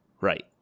Right